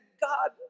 God